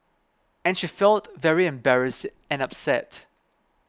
and she felt very embarrassed and upset